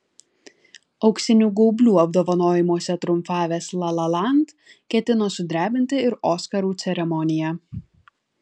auksinių gaublių apdovanojimuose triumfavęs la la land ketino sudrebinti ir oskarų ceremoniją